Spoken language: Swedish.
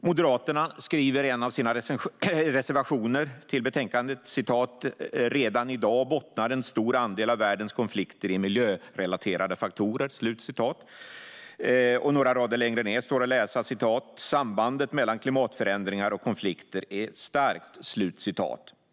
Moderaterna skriver i en av sina reservationer till betänkandet: "Redan i dag bottnar en stor andel av världens konflikter i miljörelaterade faktorer." Några rader längre ned står att läsa: "Sambandet mellan klimatförändringar och konflikter är starkt."